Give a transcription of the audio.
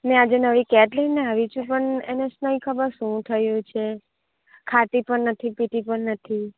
મેં આજે નવી કેટ લઈને આવી છું પણ એને સ નહીં ખબર શું થયું છે ખાતી પણ નથી પીતી પણ નથી